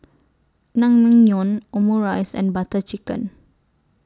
Naengmyeon Omurice and Butter Chicken